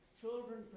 children